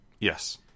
Yes